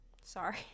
Sorry